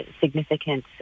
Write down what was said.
significant